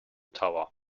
tower